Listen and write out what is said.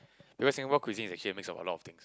because Singapore cuisine is actually mix of a lot of things